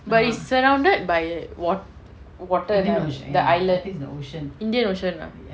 but it's surrounded by wat~ water the island indian ocean ah